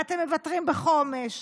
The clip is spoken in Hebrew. ואתם מוותרים בחומש,